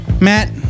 Matt